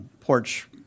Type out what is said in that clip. porch